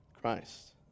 Christ